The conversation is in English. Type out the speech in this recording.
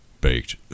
baked